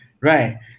right